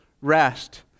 Rest